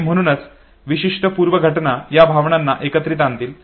आणि म्हणूनच विशिष्ट पूर्व घटना या भावनांना एकत्र आणतील